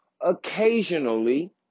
occasionally